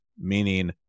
meaning